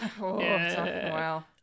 Wow